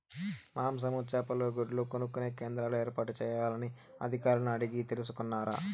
మాంసము, చేపలు, గుడ్లు కొనుక్కొనే కేంద్రాలు ఏర్పాటు చేయాలని అధికారులను అడిగి తెలుసుకున్నారా?